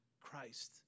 Christ